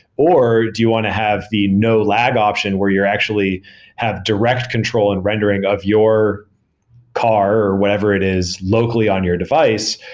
or do you want to have the no lag option where you actually have direct control in rendering of your car or wherever it is locally on your device,